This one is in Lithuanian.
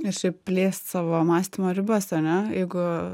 ir šiaip plėst savo mąstymo ribas ane jeigu